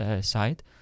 side